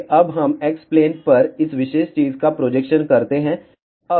फिर अब हम x प्लेन पर इस विशेष चीज का प्रोजेक्शन करते हैं